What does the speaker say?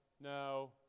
no